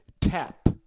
tap